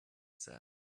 said